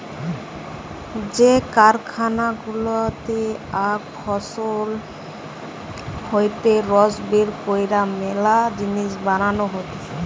যে কারখানা গুলাতে আখ ফসল হইতে রস বের কইরে মেলা জিনিস বানানো হতিছে